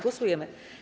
Głosujemy.